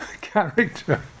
character